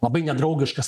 labai nedraugiškas